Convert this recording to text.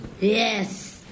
Yes